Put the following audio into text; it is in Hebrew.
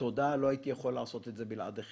תודה, לא הייתי יכול לעשות את זה בלעדיכם.